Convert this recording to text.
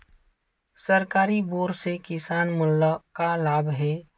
सरकारी बोर से किसान मन ला का लाभ हे?